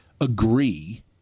agree